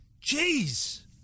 Jeez